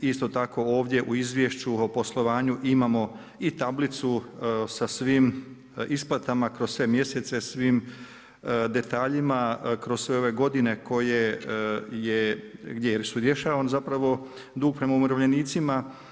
Isto tako ovdje u izvješću o poslovanju imamo i tablicu sa svim isplatama kroz sve mjesece, svim detaljima, kroz sve ove godine gdje su rješavani zapravo dug prema umirovljenicima.